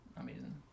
amazing